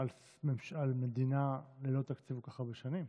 על מדינה ללא תקציב כל כך הרבה שנים,